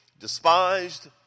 Despised